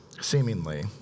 seemingly